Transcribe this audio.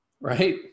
right